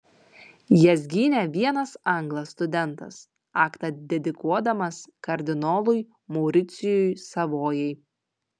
jas gynė vienas anglas studentas aktą dedikuodamas kardinolui mauricijui savojai